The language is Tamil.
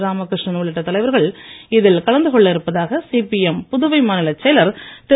ராமகிருஷ்ணன் உள்ளிட்ட தலைவர்கள் இதில் கலந்து கொள்ள இருப்பதாக சிபிஎம் புதுவை மாநில செயலர் திரு